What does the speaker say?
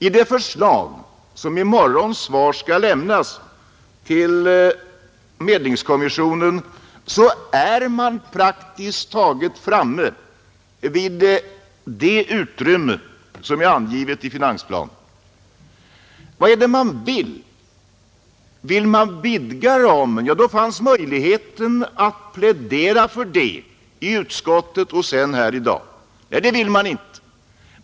I det som man i morgon skall lämna svar på till medlingskommissionen är man praktiskt taget framme vid det utrymme som är angivet i finansplanen. Vad är det man vill? Vill man vidga ramen? Ja, då fanns möjlighet att plädera för det i utskottet och sedan här i dag. Det vill man inte.